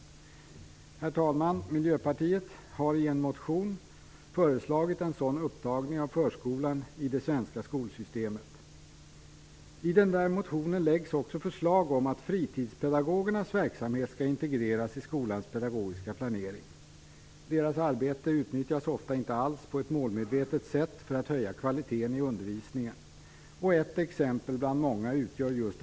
Herr talman! Miljöpartiet har i en motion föreslagit en sådan upptagning av förskolan i det svenska skolsystemet. I den motionen förslås också att fritidspedagogernas verksamhet skall integreras i skolans pedagogiska planering. Deras arbete utnyttjas ofta inte alls på ett målmedvetet sätt för att höja kvaliteten i undervisningen.